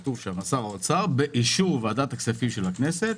כתוב: שר האוצר באישור ועדת הכספים של הכנסת,